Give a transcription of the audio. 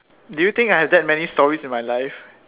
do you think I have that many stories in my life